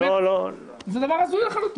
זה דבר הזוי לחלוטין.